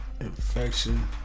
infection